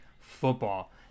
Football